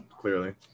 Clearly